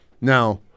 Now